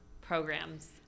programs